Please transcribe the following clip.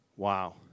Wow